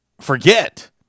forget